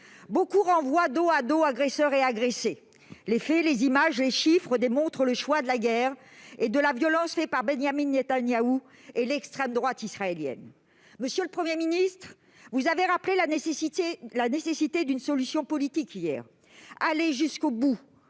Beaucoup renvoient dos à dos agresseurs et agressés. Pourtant, les faits, les images, les chiffres démontrent le choix de la guerre et de la violence fait par Benyamin Netanyahou et l'extrême droite israélienne. Monsieur le Premier ministre, vous avez rappelé hier la nécessité d'une solution politique. Allez jusqu'au bout